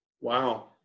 Wow